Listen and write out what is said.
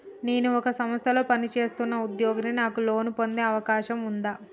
నేను ఒక సంస్థలో పనిచేస్తున్న ఉద్యోగిని నాకు లోను పొందే అవకాశం ఉందా?